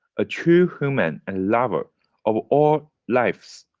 a true human and lover of all lives,